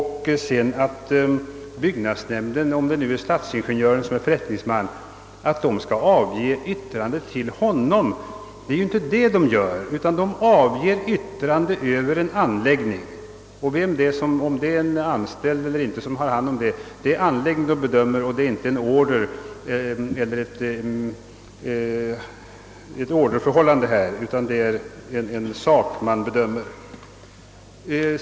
Inte heller är det meningen, som man velat göra gällande, att byggnadsnämnden skall avge yttrande exempelvis till stadsingenjören. Nämnden avger ett yttrande över en anläggning. Det föreligger inte något orderförhållande, utan det är helt enkelt en sak man bedömer.